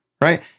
Right